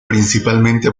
principalmente